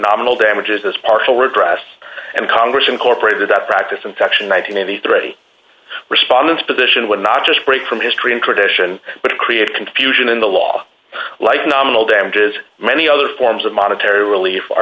nominal damages as partial redress and congress incorporated that practice infection might in any three respondents position would not just break from history and tradition but create confusion in the law like nominal damages many other forms of monetary relief